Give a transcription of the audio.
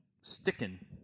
sticking